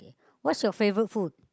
what is your favorite food